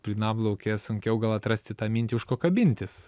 plynam lauke sunkiau gal atrasti tą mintį už ko kabintis